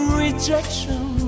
rejection